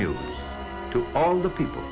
new to all the people